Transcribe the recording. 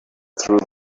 through